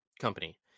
company